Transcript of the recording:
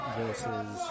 versus